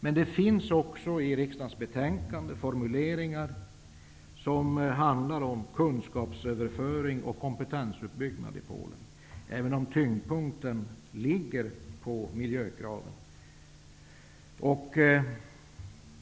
I riksdagens betänkande finns det också formuleringar som handlar om kunskapsöverföring och kompetensuppbyggnad i Polen, även om tyngdpunkten ligger på miljökraven.